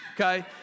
Okay